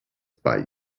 bei